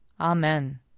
Amen